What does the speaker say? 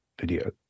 video